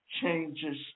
changes